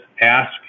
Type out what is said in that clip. ask